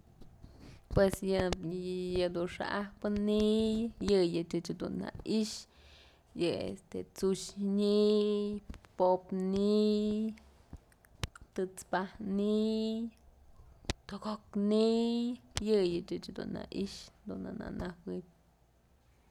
Pues yëdun xa'ajpë ni'iy yëyëch jedun na i'ixë yë este t'sux ni'iy, pop ni'iy, tët's paj ni'iy, toko'ok ni'iy yëyëch dun na i'ix na nëjuëb.